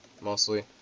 mostly